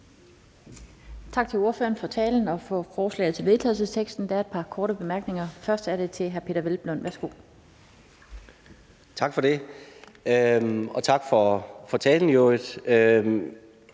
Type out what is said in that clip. tak for talen.